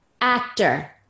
actor